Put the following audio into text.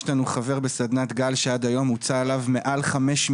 יש לנו חבר בסדנת גל שעד היום הוצא עליו מעל חמישה